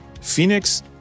Phoenix